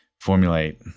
formulate